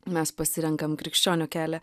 mes pasirenkam krikščionio kelią